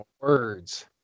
words